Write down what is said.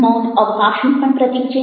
મૌન અવકાશનું પણ પ્રતીક છે